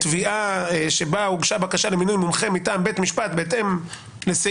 תביעה שבה הוגשה בקשה למינוי מומחה מטעם בית משפט בהתאם לסעיף